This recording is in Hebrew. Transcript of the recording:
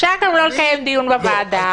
אפשר גם לא לקיים דיון בוועדה,